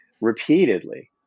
repeatedly